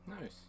nice